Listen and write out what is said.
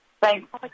thanks